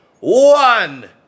one